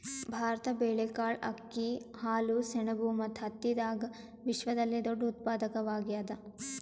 ಭಾರತ ಬೇಳೆಕಾಳ್, ಅಕ್ಕಿ, ಹಾಲು, ಸೆಣಬು ಮತ್ತು ಹತ್ತಿದಾಗ ವಿಶ್ವದಲ್ಲೆ ದೊಡ್ಡ ಉತ್ಪಾದಕವಾಗ್ಯಾದ